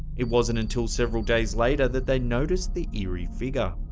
it wasn't until several days later that they noticed the eerie figure.